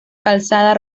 calzada